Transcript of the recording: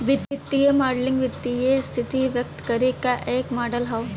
वित्तीय मॉडलिंग वित्तीय स्थिति व्यक्त करे क एक मॉडल हौ